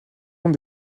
ans